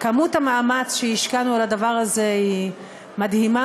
כמות המאמץ שהשקענו בדבר הזה היא מדהימה.